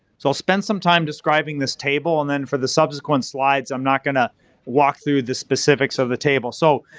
so, i'll spend some time describing this table and then for the subsequent slides i'm not going to walk through the specifics of the table. so,